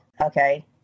okay